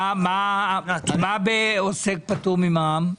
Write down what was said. מה בעוסק פטור ממע"מ?